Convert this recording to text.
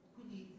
Quindi